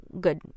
good